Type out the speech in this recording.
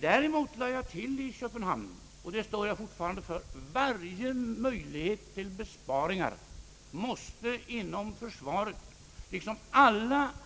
Däremot lade jag till i Köpenhamn, och det står jag fortfarande för: Varje möjlighet till besparingar måste inom försvaret liksom på